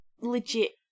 legit